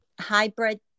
hybrid